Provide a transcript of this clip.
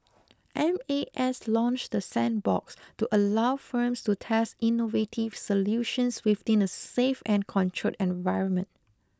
M A S launched the sandbox to allow firms to test innovative solutions within a safe and controlled environment